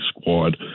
Squad